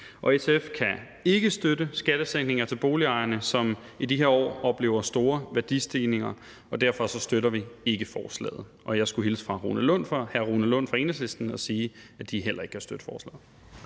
SF kan ikke støtte skattesænkninger til boligejerne, som i de her år oplever store værdistigninger, og derfor støtter vi ikke forslaget. Og jeg skulle hilse fra hr. Rune Lund fra Enhedslisten og sige, at de heller ikke kan støtte forslaget.